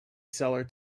seller